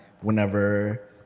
whenever